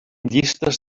llistes